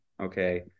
okay